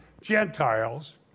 Gentiles